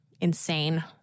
insane